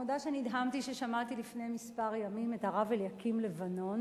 אני מודה שנדהמתי כששמעתי לפני כמה ימים את הרב אליקים לבנון,